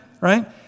right